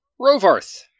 Rovarth